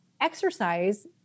exercise